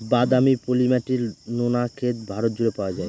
বাদামি, পলি মাটি, নোনা ক্ষেত ভারত জুড়ে পাওয়া যায়